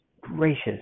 gracious